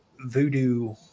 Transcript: voodoo